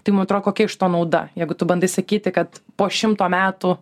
tai man atro kokia iš to nauda jeigu tu bandai sakyti kad po šimto metų